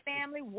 family